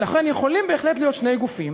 ולכן יכולים בהחלט להיות שני גופים